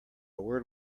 word